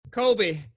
Kobe